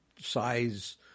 size